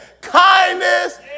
kindness